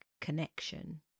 connection